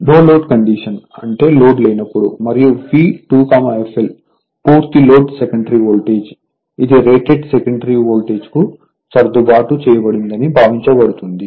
no load condition అంటే load లేనప్పుడు మరియు V2fl పూర్తి లోడ్ సెకండరీ వోల్టేజ్ అ ఇది రేటెడ్ సెకండరీ వోల్టేజ్కు సర్దుబాటు చేయబడుతుందని భావించబడుతుంది